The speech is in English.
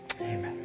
Amen